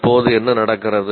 இப்போது என்ன நடக்கிறது